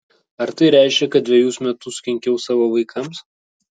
ar tai reiškia kad dvejus metus kenkiau savo vaikams